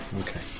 Okay